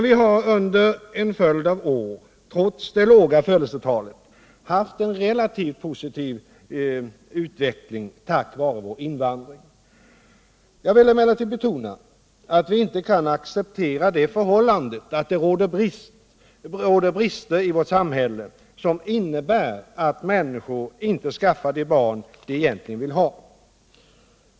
Vi har under en följd av år trots det låga födelsetalet haft en relativt positiv utveckling, tack vare vår invandring. Jag vill emellertid betona att vi inte kan acceptera det förhållandet att det råder brister i vårt samhälle som innebär att människorna inte skaffar de barn de egentligen vill ha.